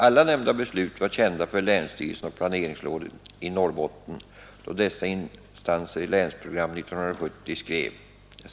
Alla nämnda beslut var kända för länsstyrelsen och planeringsrådet i Norrbotten då dessa instanser skrev Länsprogram 70.